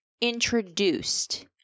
introduced